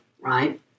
right